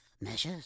Measures